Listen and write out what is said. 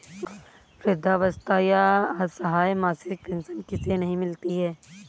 वृद्धावस्था या असहाय मासिक पेंशन किसे नहीं मिलती है?